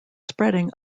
spreading